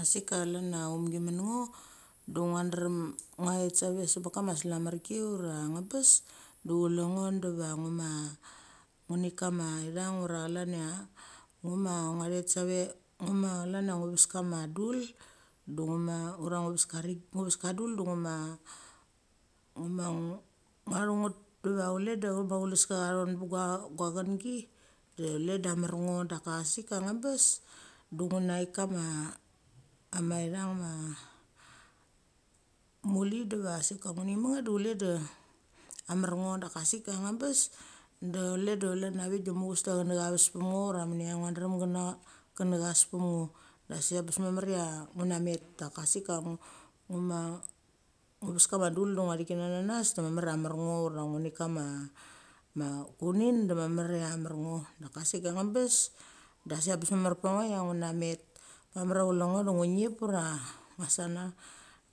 A sik ka chaln ia a chumgimek ngo, de ngia drem ngia thet sa ve se met kama selamerki ura ngbes du chule ngo diva ngu ma nik kama ithangn ura chlan cha ngua thet sa ve ngu ma chlan cha ngu ves kama dul, du ngu ma ura ngua ves ngu ves ka dul du ngu ma, nguma ngo thu nget diva chule da chama chuleska cha thong be duch chengi de chule da amar ngo. Daka sik ka ngbes, da ngu nak kama a ma thang ma muli diva sik ka ngu nik me nget du chule de amor ngo. Daka sik a ngbes de chule de chlan a vik de muchaves chenechas pem ngo ura menecha ngia drem chencha chenechas pem ngo da sik abes mamar chia ngu na met. Daka sik ka ngu ma ngu ves kama dul de ngo thik kin nananas de mamar a mar ngo ura ngu nik kama ma kuenen da mamar cha a mar ngo. Daka sik ka ngbes da sik abes, dasik ambes mamar pecha ngo cha ngu na met. Mamar cha chule ngo de ngu ngunip ura ngua san na.